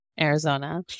Arizona